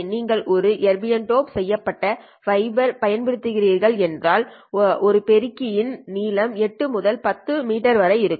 நீங்கள் ஒரு erbium dope செய்யப்பட்ட ஃபைபர் பயன்படுத்துகிறீர்கள் என்றால் இந்த பெருக்கி இன் நீளம் 8 முதல் 10 மீட்டர் வரை இருக்கும்